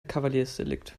kavaliersdelikt